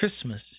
Christmas